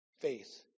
faith